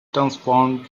transformed